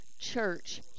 church